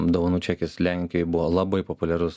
dovanų čekis lenkijoj buvo labai populiarus